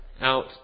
out